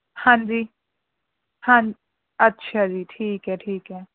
ਹਾਂਜੀ ਹਾਂਜੀ ਅੱਛਾ ਜੀ ਠੀਕ ਹੈ ਠੀਕ ਹੈ